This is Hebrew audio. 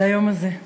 על היום הזה.